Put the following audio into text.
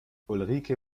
ulrike